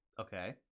Okay